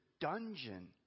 dungeon